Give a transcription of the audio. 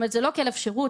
זה לא כלב שירות